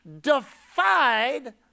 defied